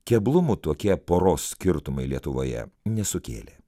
keblumų tokie poros skirtumai lietuvoje nesukėlė